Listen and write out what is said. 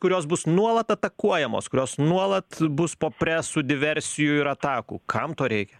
kurios bus nuolat atakuojamos kurios nuolat bus po presu diversijų ir atakų kam to reikia